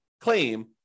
claim